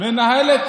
היא פה.